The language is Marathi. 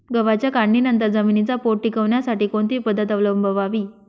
गव्हाच्या काढणीनंतर जमिनीचा पोत टिकवण्यासाठी कोणती पद्धत अवलंबवावी?